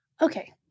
Okay